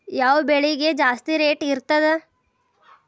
ಯಾವ ಬೆಳಿಗೆ ಜಾಸ್ತಿ ರೇಟ್ ಇರ್ತದ?